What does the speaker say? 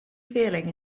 feeling